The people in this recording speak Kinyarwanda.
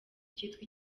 ikitwa